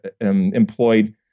employed